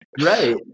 Right